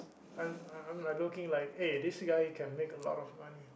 I'm I'm like looking like hey this guy can make a lot of money